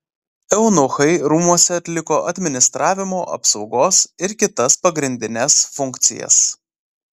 eunuchai rūmuose atliko administravimo apsaugos ir kitas pagrindines funkcijas